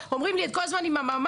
אומרים לי: את כל הזמן עם הממ"זים.